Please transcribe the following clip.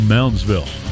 Moundsville